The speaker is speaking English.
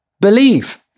believe